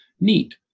neat